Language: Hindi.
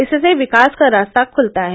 इससे विकास का रास्ता खलता है